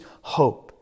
hope